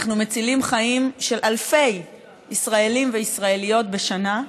אנחנו מצילים חיים של אלפי ישראלים וישראליות בשנה.